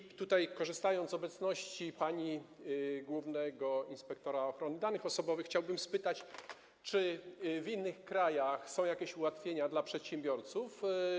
I tutaj, korzystając z obecności pani głównego inspektora ochrony danych osobowych, chciałbym spytać: Czy w innych krajach są w tym zakresie jakieś ułatwienia dla przedsiębiorców?